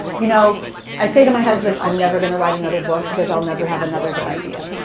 you know i say to my husband, i'm never going to write another book, because i'll never have another good idea.